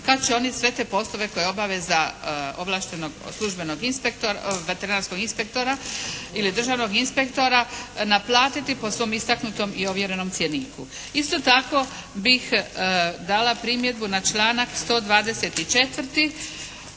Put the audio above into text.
kad će oni sve te poslove koje obave za ovlaštenog službenog veterinarskog inspektora ili državnog inspektora naplatiti po svom istaknutom i ovjerenom cjeniku. Isto tako bih dala primjedbu na članak 124.